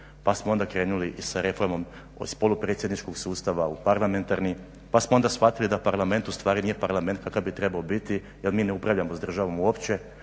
pa smo onda krenuli i sa reformom o spolu predsjedničkog sustava u parlamentarnim, pa smo onda shvatili da parlament ustvari nije parlament kakav bi trebao biti jer mi ne upravljamo s državom uopće,